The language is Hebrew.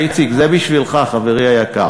אדוני היושב-ראש,